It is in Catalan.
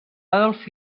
adolf